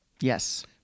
Yes